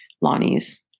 Lonnie's